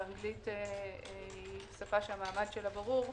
והאנגלית היא שפה שמעמדה ברור,